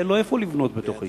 אין לו איפה לבנות בתוך היישוב,